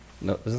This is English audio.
no